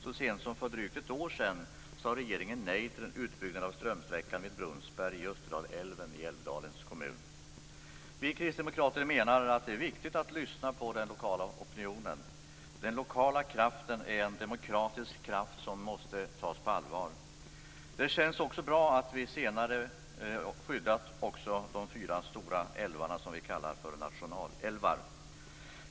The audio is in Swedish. Så sent som för drygt ett år sedan sade regeringen nej till en utbyggnad av strömsträckan vid Brunnsberg i Österdalälven i Älvdalens kommun. Vi kristdemokrater menar att det är viktigt att lyssna på den lokala opinionen. Den lokala kraften är en demokratisk kraft som måste tas på allvar. Det känns också bra att vi senare har skyddat också de fyra stor älvar som vi kallar för nationalälvar.